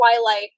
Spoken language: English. Twilight